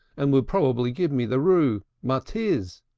and would probably give me the roo matiz,